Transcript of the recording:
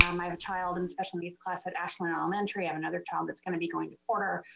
um i have a child in special needs class at ashland elementary. i had another child that's gonna be going to porter.